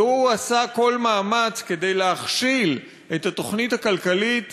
מדוע הוא עשה כל מאמץ כדי להכשיל את התוכנית הכלכלית